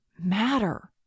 matter